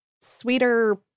sweeter